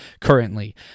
currently